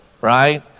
right